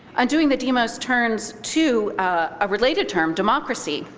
undoing the demos turns to ah related term, democracy,